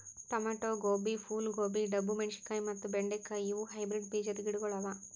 tomato, ಗೋಬಿ, ಫೂಲ್ ಗೋಬಿ, ಡಬ್ಬು ಮೆಣಶಿನಕಾಯಿ ಮತ್ತ ಬೆಂಡೆ ಕಾಯಿ ಇವು ಹೈಬ್ರಿಡ್ ಬೀಜದ್ ಗಿಡಗೊಳ್ ಅವಾ